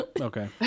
Okay